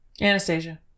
Anastasia